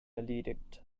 erledigt